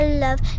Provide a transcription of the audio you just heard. love